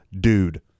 dude